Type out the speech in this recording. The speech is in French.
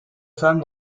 femme